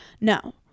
no